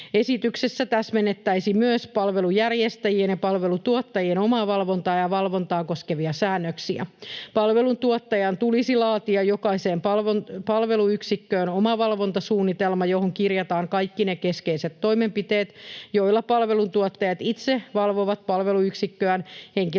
Esityksessä täsmennettäisiin myös palvelunjärjestäjien ja palveluntuottajien omavalvontaa ja valvontaa koskevia säännöksiä. Palveluntuottajan tulisi laatia jokaiseen palveluyksikköön omavalvontasuunnitelma, johon kirjataan kaikki ne keskeiset toimenpiteet, joilla palveluntuottajat itse valvovat palveluyksikköään, henkilökunnan